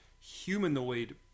humanoid